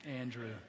Andrew